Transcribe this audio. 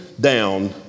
down